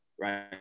Right